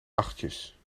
achtjes